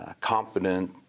competent